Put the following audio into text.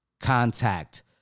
contact